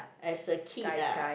as a kid ah